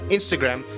Instagram